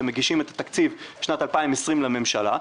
ומגישים את התקציב בשנת 2020 לממשלה,